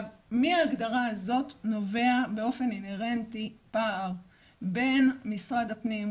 מההגדרה הזו נובע באופן האינהרנטי פער בין משרד הפנים,